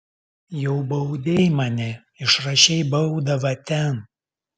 jau baudei mane išrašei baudą va ten